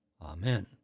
Amen